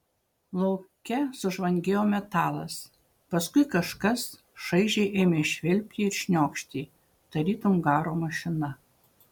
lauke sužvangėjo metalas paskui kažkas šaižiai ėmė švilpti ir šniokšti tarytum garo mašina